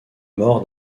mort